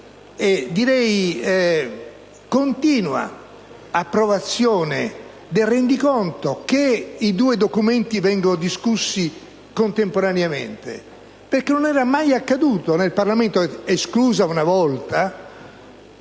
e continua approvazione del rendiconto che i due documenti vengono discussi contemporaneamente. Infatti, non era mai accaduto in Parlamento, esclusa una volta